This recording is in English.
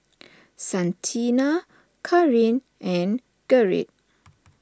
Santina Carin and Gerrit